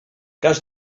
cas